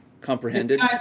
comprehended